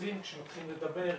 נוצרים כשמתחילים לדבר,